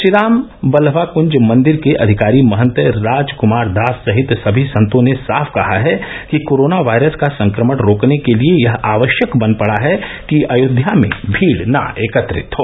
श्री राम बल्लाभाकृंज मंदिर के अधिकारी महत राज कुमार दास सहित सभी संतों ने साफ कहा है कि कोरोनावायरस का संक्रमण रोकने के लिए यह आवश्यक बन पड़ा है कि अयोध्या में भीड़ ना एकत्र हो